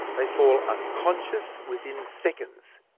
they fall unconscious within seconds.